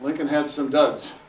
like and had some duds,